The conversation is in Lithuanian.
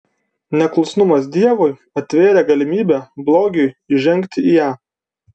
neklusnumas dievui atvėrė galimybę blogiui įžengti į ją